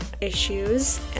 issues